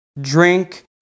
drink